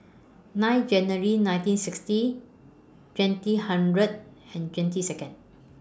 nine January nineteen sixty twenty hundred and twenty Seconds